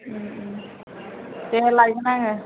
दे लायगोन आङो